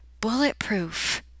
bulletproof